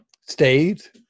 state